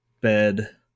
bed